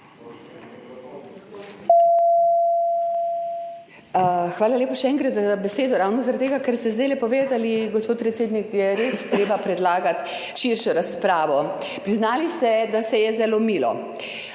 Hvala lepa, še enkrat, za besedo. Ravno zaradi tega, kar ste zdaj povedali, gospod predsednik, je res treba predlagati širšo razpravo. Priznali ste, da se je zlomilo